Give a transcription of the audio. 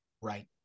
Right